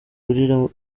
ibikoresho